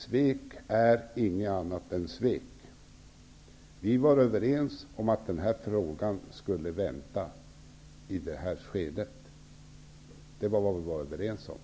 Svek är ingenting annat än svek. Vi var överens om att den här frågan skulle vänta i det här skedet.